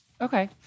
Okay